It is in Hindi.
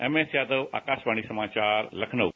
एमएँस यादव आकाशवाणी समाचार लखनऊ